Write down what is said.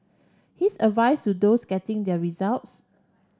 his advice to those getting their results